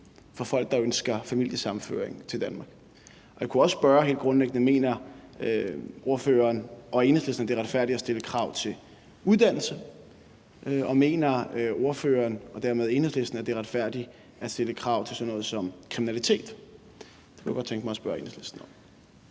for folk, der ønsker familiesammenføring til Danmark? Jeg kunne også helt grundlæggende spørge: Mener ordføreren og Enhedslisten, at det er retfærdigt at stille krav til uddannelse, og mener ordføreren og dermed Enhedslisten, at det er retfærdigt at stille krav i forhold til sådan noget som kriminalitet? Det kunne jeg godt tænke mig at spørge Enhedslisten om.